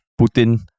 Putin